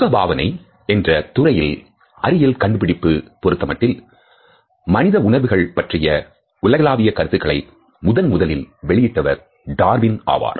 முகபாவனை என்ற துறையில் அறிவியல் கண்டுபிடிப்பு பொருத்தமட்டில் மனித உணர்வுகள் பற்றிய உலகளாவிய கருத்துக்களை முதலில் வெளியிட்டவர் டார்வின் ஆவார்